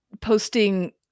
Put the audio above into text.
posting